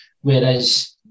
whereas